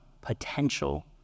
potential